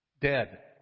dead